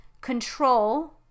control